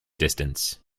distance